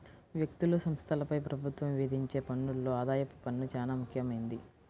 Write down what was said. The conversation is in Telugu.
వ్యక్తులు, సంస్థలపై ప్రభుత్వం విధించే పన్నుల్లో ఆదాయపు పన్ను చానా ముఖ్యమైంది